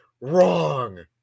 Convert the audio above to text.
wrong